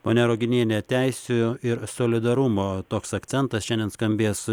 ponia ruginiene teisių ir solidarumo toks akcentas šiandien skambės